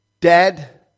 dead